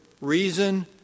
reason